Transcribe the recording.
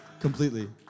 completely